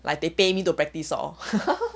like they pay me to practice lor